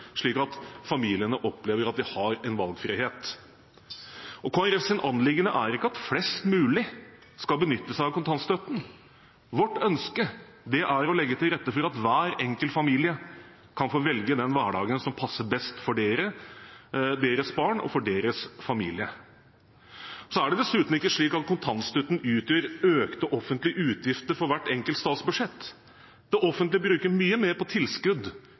slik at familiene opplever at de har en valgfrihet. Kristelig Folkepartis anliggende er ikke at flest mulig skal benytte seg av kontantstøtten. Vårt ønske er å legge til rette for at hver enkelt familie kan få velge den hverdagen som passer best for deres barn og for deres familie. Så er det dessuten ikke slik at kontantstøtten utgjør økte offentlige utgifter i hvert enkelt statsbudsjett. Det offentlige bruker mye mer på tilskudd